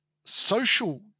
social